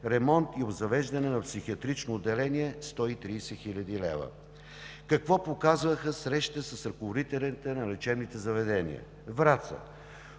ремонт и обзавеждане на психиатрично отделение – 130 хил. лв. Какво показаха срещите с ръководителите на лечебните заведения? Враца.